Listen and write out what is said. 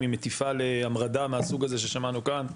האם היא מטיפה להמרדה מהסוג הזה ששמענו כאן?